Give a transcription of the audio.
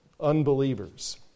unbelievers